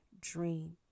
dream